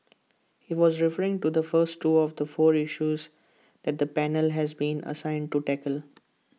he was referring to the first two of four issues that the panel has been assigned to tackle